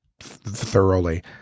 thoroughly